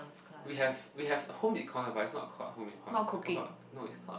we have we have home econ ah but it's not called home econs I forgot no it's called